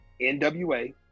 NWA